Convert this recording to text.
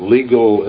legal